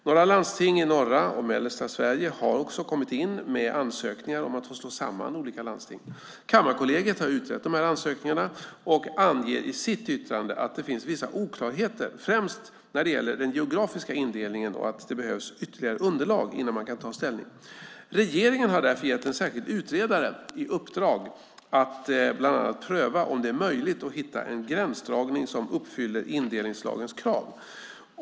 Några landsting i norra och mellersta Sverige har också inkommit med ansökningar om att få slå samman olika landsting. Kammarkollegiet har utrett dessa ansökningar och anger i sitt yttrande att det finns vissa oklarheter främst när det gäller den geografiska indelningen och att det behövs ytterligare underlag innan man kan ta ställning. Regeringen har därför gett en särskild utredare i uppdrag att bland annat pröva om det är möjligt att hitta en gränsdragning som uppfyller indelningslagens krav.